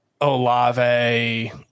Olave